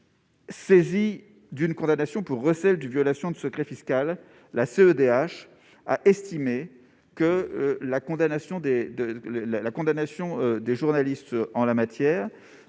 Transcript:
Saisie d'une condamnation pour recel de violation de secret fiscal, la CEDH a estimé que la condamnation des journalistes concernés ne